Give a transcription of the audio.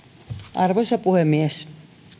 arvoisa puhemies